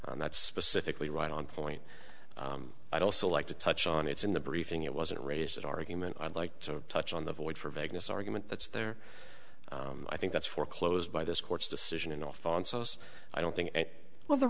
and that's specifically right on point i'd also like to touch on it's in the briefing it wasn't raised that argument i'd like to touch on the void for vagueness argument that's there i think that's foreclosed by this court's decision and off on souce i don't think well the